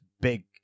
big